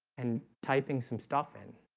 and typing some stuff in